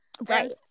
Right